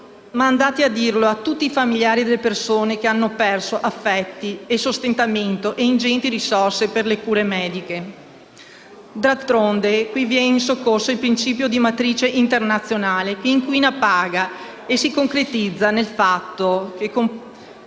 Ma andate a dirlo a tutti i familiari delle persone che hanno perso affetti, sostentamento e ingenti risorse per le cure mediche. D'altronde, qui viene in soccorso il principio di matrice internazionale secondo cui "chi inquina paga", che si concretizza nel fatto che